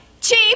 Cheap